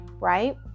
right